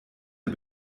der